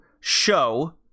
show